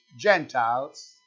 Gentiles